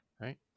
Right